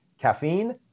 caffeine